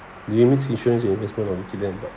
we mix insurance but